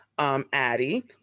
Addie